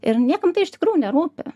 ir niekam tai iš tikrųjų nerūpi